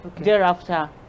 Thereafter